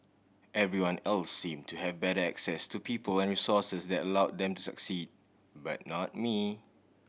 everyone else seem to have better access to people and resources that allow them to succeed but not me